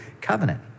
covenant